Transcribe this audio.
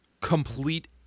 complete